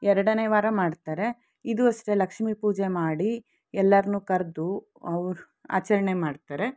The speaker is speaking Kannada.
ಎರಡನೇ ವಾರ ಮಾಡ್ತಾರೆ ಇದು ಅಷ್ಟೇ ಲಕ್ಷ್ಮೀ ಪೂಜೆ ಮಾಡಿ ಎಲ್ಲರನ್ನೂ ಕರೆದು ಅವರು ಆಚರಣೆ ಮಾಡ್ತಾರೆ